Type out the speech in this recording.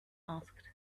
asked